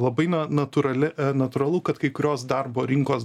labai natūrali natūralu kad kai kurios darbo rinkos